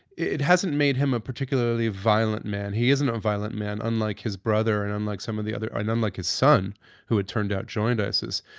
it hasn't made him a particularly violent man. he isn't a violent man, unlike his brother. and unlike some of the other. or and unlike his son who had turned out, joined isis.